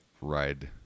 ride